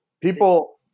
people